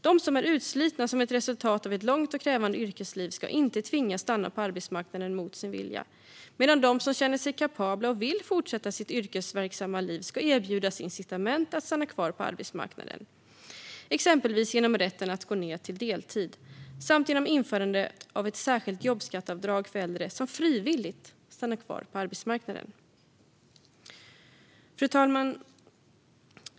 De som är utslitna som ett resultat av ett långt och krävande yrkesliv ska inte tvingas stanna på arbetsmarknaden mot sin vilja. Men de som känner sig kapabla och vill fortsätta sitt yrkesverksamma liv ska erbjudas incitament för att stanna kvar på arbetsmarknaden, exempelvis genom rätten att gå ned till deltid samt genom införandet av ett särskilt jobbskatteavdrag för äldre som frivilligt stannar kvar på arbetsmarknaden. Fru talman!